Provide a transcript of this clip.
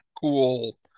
cool